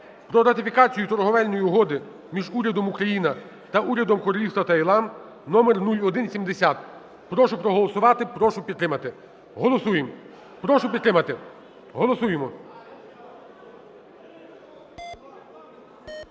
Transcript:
про ратифікацію Торговельної угоди між Урядом України та Урядом Королівства Таїланд (№ 0170). Прошу проголосувати. Прошу підтримати. Голосуємо,